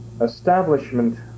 establishment